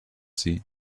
sie